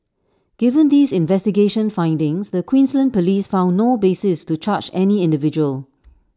given these investigation findings the Queensland Police found no basis to charge any individual